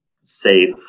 safe